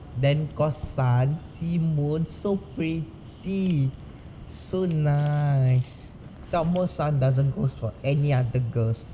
then cause sun see moon so pretty so nice some more sun doesn't go for any other girls